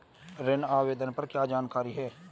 ऋण आवेदन पर क्या जानकारी है?